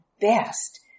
best